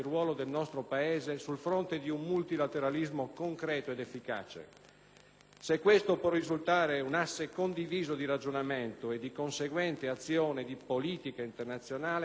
Se questo può risultare un asse condiviso di ragionamento e di conseguente azione di politica internazionale, appare del tutto evidente che il Parlamento non può limitarsi ‑ credo